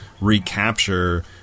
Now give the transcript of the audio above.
recapture